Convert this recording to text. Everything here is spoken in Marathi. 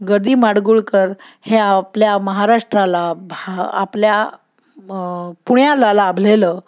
ग दि माडगुळकर हे आपल्या महाराष्ट्राला भा आपल्या पुण्याला लाभलेलं